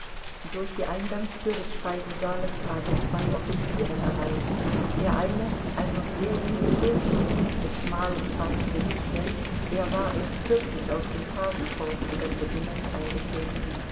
durch die eingangstür des speisesaales traten zwei offiziere herein der eine ein noch sehr junges bürschchen mit schmalem feinem gesichte er war erst kürzlich aus dem pagenkorps in das regiment eingetreten